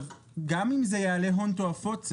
גם אם זה יעלה הון תועפות,